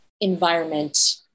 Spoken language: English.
environment